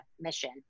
mission